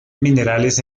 minerales